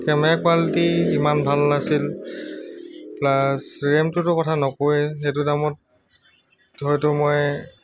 camera quality ইমান ভাল নাছিল প্লাছ ৰেমটোতো কথা নকওঁৱে সেইটো দামত হয়তো মই